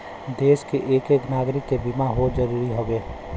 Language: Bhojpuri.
देस के एक एक नागरीक के बीमा होए जरूरी हउवे